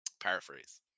Paraphrase